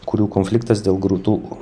kurių konfliktas dėl grūdų